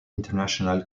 international